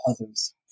others